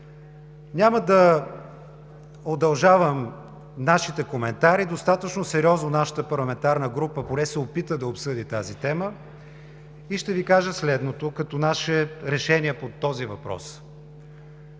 Няма да удължавам нашите коментари. Достатъчно сериозно нашата парламентарна група поне се опита да обсъди тази тема. Ще Ви кажа следното като наше решение по този въпрос.